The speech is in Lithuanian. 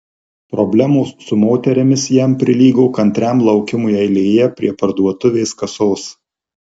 problemos su moterimis jam prilygo kantriam laukimui eilėje prie parduotuvės kasos